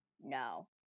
no